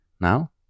now